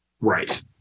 Right